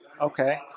Okay